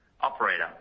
Operator